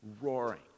roaring